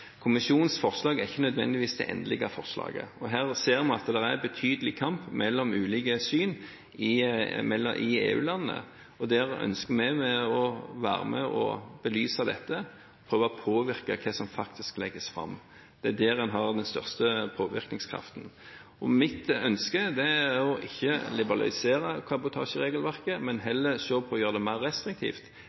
Kommisjonens forslag er ikke nødvendigvis det endelige forslaget. Her ser man at det er betydelig kamp mellom ulike syn i EU-landene. Der ønsker vi å være med og belyse dette og prøve å påvirke det som faktisk legges fram. Det er der man har den største påvirkningskraften. Mitt ønske er å ikke liberalisere kabotasjeregelverket, men heller gjøre det mer restriktivt.